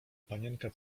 panienka